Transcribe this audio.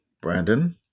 Brandon